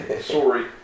Sorry